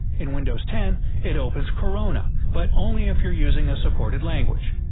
in windows ten it opens cortana but only if you're using a supported language.